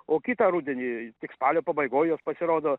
o kitą rudenį tik spalio pabaigoj jos pasirodo